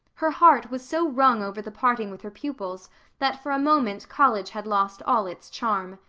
her heart was so wrung over the parting with her pupils that for a moment college had lost all its charm.